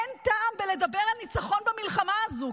אין טעם בלדבר על ניצחון במלחמה הזו,